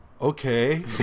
okay